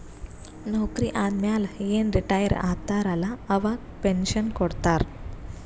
ನೌಕರಿ ಆದಮ್ಯಾಲ ಏನ್ ರಿಟೈರ್ ಆತಾರ ಅಲ್ಲಾ ಅವಾಗ ಪೆನ್ಷನ್ ಕೊಡ್ತಾರ್